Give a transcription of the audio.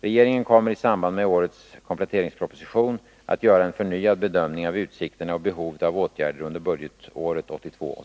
Regeringen kommer i samband med årets kompletteringsproposition att göra en förnyad bedömning av utsikterna och av behovet av åtgärder under budgetåret 1982/83.